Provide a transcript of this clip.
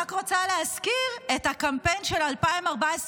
ואנחנו אומרים: "יעקב חבל נחלתו".